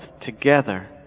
together